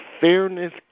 fairness